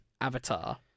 Avatar